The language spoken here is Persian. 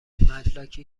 مدرکی